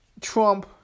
Trump